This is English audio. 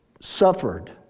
suffered